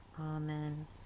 Amen